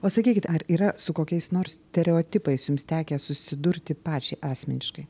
o sakykit ar yra su kokiais nors stereotipais jums tekę susidurti pačiai asmeniškai